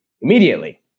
Immediately